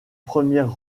premières